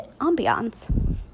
ambiance